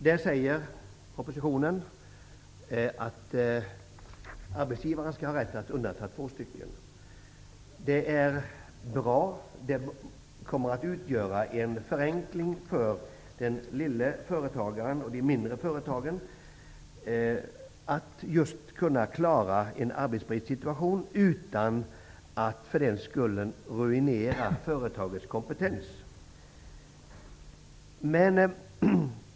I propositionen står det att arbetsgivare skall ha rätt att undanta två personer. Det är bra. Det kommer att innebära en förenkling för de mindre företagen, nämligen att de kan klara av en arbetsbristsituation utan att för den skull ruinera företagets kompetens.